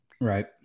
Right